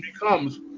becomes